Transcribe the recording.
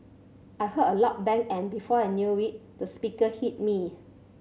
I heard a loud bang and before I knew it the speaker hit me